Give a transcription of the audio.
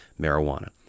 marijuana